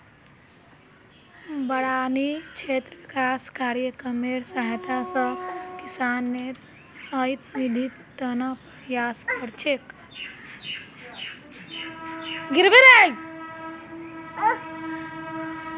बारानी क्षेत्र विकास कार्यक्रमेर सहायता स किसानेर आइत वृद्धिर त न प्रयास कर छेक